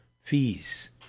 fees